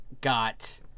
got